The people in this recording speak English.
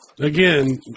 Again